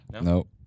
Nope